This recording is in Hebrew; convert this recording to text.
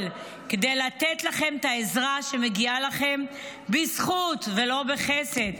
כדי לתת לכם את העזרה שמגיעה לכם בזכות ולא בחסד,